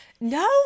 No